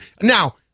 Now